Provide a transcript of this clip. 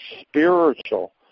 spiritual